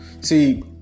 See